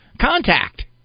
contact